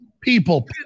people